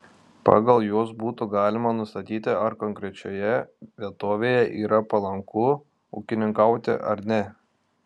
pagal juos būtų galima nustatyti ar konkrečioje vietovėje yra palanku ūkininkauti ar ne